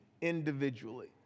individually